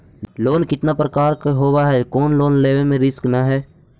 Loan कितना प्रकार के होबा है कोन लोन लेब में रिस्क न है?